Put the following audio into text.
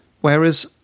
Whereas